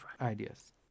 ideas